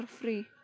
free